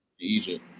Egypt